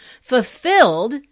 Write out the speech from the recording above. fulfilled